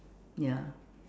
ya